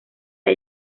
han